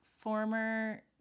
former